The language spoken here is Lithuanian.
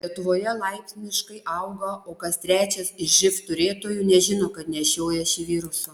lietuvoje laipsniškai auga o kas trečias iš živ turėtojų nežino kad nešioja šį virusą